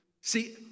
see